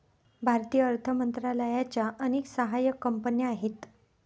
भारतीय अर्थ मंत्रालयाच्या अनेक सहाय्यक कंपन्या आहेत